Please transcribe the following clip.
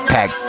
Pack